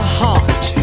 heart